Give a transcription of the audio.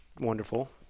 wonderful